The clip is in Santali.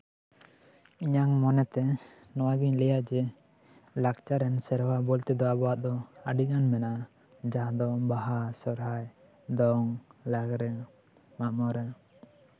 ᱤᱧᱟᱹᱜ ᱢᱚᱱᱮᱛᱮ ᱱᱚᱣᱟᱜᱤᱧ ᱞᱟᱹᱭᱟ ᱡᱮ ᱞᱟᱠᱪᱟᱨᱟᱱ ᱥᱮᱨᱣᱟ ᱵᱚᱞᱛᱮ ᱫᱚ ᱟᱵᱚᱣᱟᱜ ᱫᱚ ᱟᱹᱰᱤᱜᱟᱱ ᱢᱮᱱᱟᱜᱼᱟ ᱡᱟᱦᱟᱸ ᱫᱚ ᱵᱟᱦᱟ ᱥᱚᱦᱨᱟᱭ ᱫᱚᱝ ᱞᱟᱜᱽᱲᱮ ᱢᱟᱜ ᱢᱚᱬᱮ